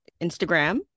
Instagram